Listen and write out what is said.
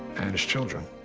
and his children.